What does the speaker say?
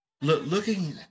looking